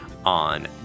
on